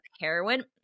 Heroin